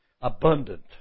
Abundant